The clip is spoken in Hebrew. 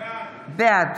בעד